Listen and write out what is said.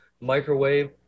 microwave